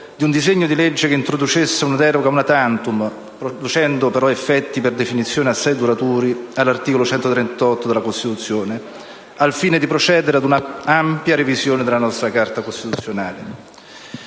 di un disegno di legge che introducesse una deroga *una tantum* - producendo però effetti per definizione assai duraturi - all'articolo 138 della Costituzione, al fine di procedere ad una ampia revisione della nostra Carta costituzionale.